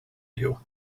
you